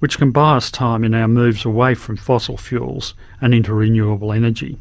which can buy us time in our moves away from fossil fuels and into renewable energy.